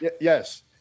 yes